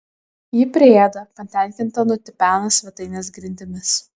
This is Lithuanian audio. ji priėda patenkinta nutipena svetainės grindimis